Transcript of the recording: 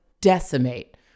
decimate